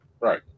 Right